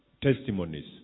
testimonies